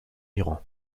iran